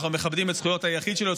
אנחנו מכבדים את זכויות היחיד שלו,